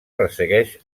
ressegueix